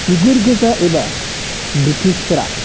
बिगुर गोजा एबा ब्रिटिशफोरा